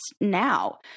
now